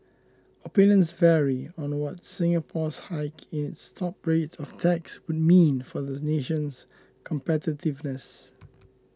opinions vary on what Singapore's hike in its top rate of tax would mean for the nation's competitiveness